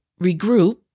regroup